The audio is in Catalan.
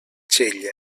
xella